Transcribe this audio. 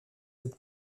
cette